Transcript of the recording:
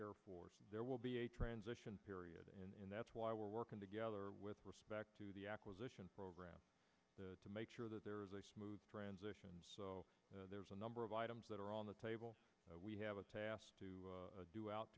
air force there will be a transition period and that's why we're working together with respect to the acquisition program to make sure that there is a smooth friends there's a number of items that are on the table we have a task to do out